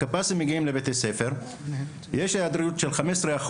כשקב״ס מגיע לבית הספר ויש היעדרות של 15%,